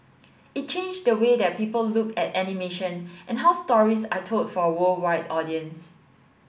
it changed the way that people look at animation and how stories are told for a worldwide audience